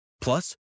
Plus